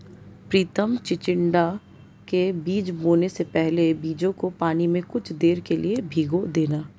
प्रितम चिचिण्डा के बीज बोने से पहले बीजों को पानी में कुछ देर के लिए भिगो देना